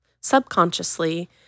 subconsciously